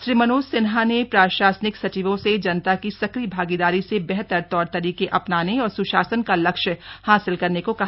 श्री मनोज सिन्हा ने प्रशासनिक सचिवों से जनता की सक्रिय भागीदारी से बेहतर तौर तरीके अपनाने और सुशासन का लक्ष्य हासिल करने को कहा